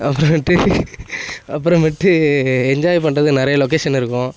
அப்புறம் வந்துட்டு அப்புறமேட்டு என்ஜாய் பண்றது நிறையா லொக்கேஷன் இருக்கும்